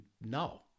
no